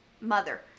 mother